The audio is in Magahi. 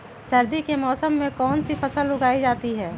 सर्दी के मौसम में कौन सी फसल उगाई जाती है?